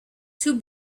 two